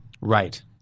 Right